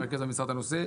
ואני מרכז במשרד את הנושא.